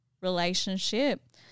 relationship